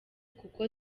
kuko